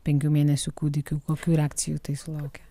penkių mėnesių kūdikiu kokių reakcijų tai sulaukė